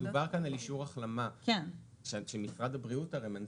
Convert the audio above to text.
מדובר כאן על אישור החלמה שמשרד הבריאות מנפיק,